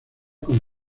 con